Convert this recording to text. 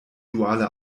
duale